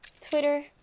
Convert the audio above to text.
twitter